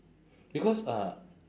because uh